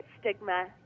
stigma